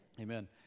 Amen